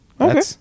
okay